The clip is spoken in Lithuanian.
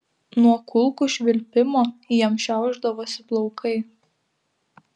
nuo kulkų švilpimo jam šiaušdavosi plaukai